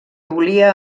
volia